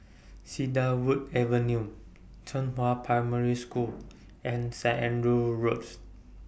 Cedarwood Avenue Zhenghua Primary School and Saint Andrew's Road